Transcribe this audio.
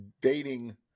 dating